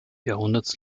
jahrhunderts